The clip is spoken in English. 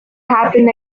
happen